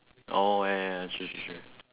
oh ya true true true